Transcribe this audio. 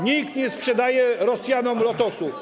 Nikt nie sprzedaje Rosjanom Lotosu.